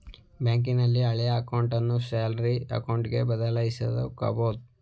ಬ್ಯಾಂಕಿನಲ್ಲಿ ಹಳೆಯ ಅಕೌಂಟನ್ನು ಸ್ಯಾಲರಿ ಅಕೌಂಟ್ಗೆ ಬದಲಾಯಿಸಕೊಬೋದು